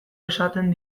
esaten